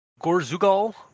Gorzugal